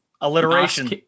Alliteration